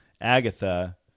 Agatha